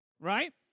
right